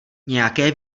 nějaké